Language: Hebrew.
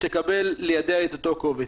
ותקבל לידיה את אותו קובץ.